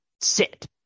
sit